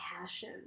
passion